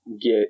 get